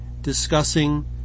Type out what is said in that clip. discussing